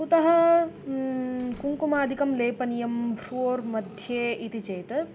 कुतः कुङ्कुमादिकं लेपनीयं भ्रुवोर्मध्ये इति चेत्